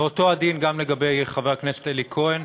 ואותו הדין לגבי חבר הכנסת אלי כהן,